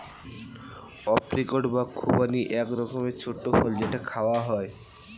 apricot বা খুবানি এক রকমের ছোট্ট ফল যেটা খাওয়া হয়